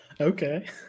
Okay